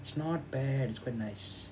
it's not bad it's quite nice